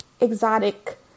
exotic